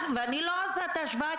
ואני לא עושה את ההשוואה,